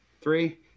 Three